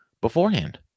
beforehand